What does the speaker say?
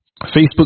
Facebook